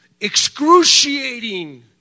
excruciating